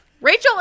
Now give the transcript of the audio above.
Rachel